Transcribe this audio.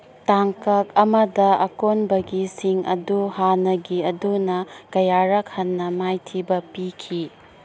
ꯇꯥꯡꯀꯛ ꯑꯃꯗ ꯑꯀꯣꯟꯕꯒꯤꯁꯤꯡ ꯑꯗꯨ ꯍꯥꯟꯅꯒꯤ ꯑꯗꯨꯅ ꯀꯌꯥꯔꯛ ꯍꯟꯅ ꯃꯥꯏꯊꯤꯕ ꯄꯤꯈꯤ